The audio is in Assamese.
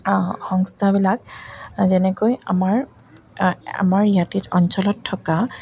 সংস্থাবিলাক যেনেকৈ আমাৰ আমাৰ ইয়াতে অঞ্চলত থকা